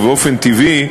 ובאופן טבעי,